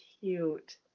Cute